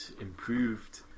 improved